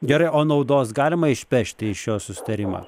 gerai o naudos galima išpešti iš šio susitarimo